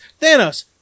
Thanos